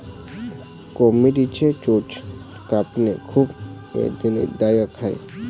कोंबडीची चोच कापणे खूप वेदनादायक आहे